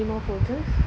anymore photos